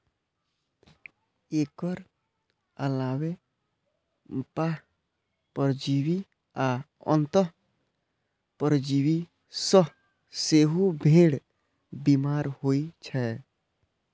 एकर अलावे बाह्य परजीवी आ अंतः परजीवी सं सेहो भेड़ बीमार होइ छै